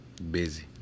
Busy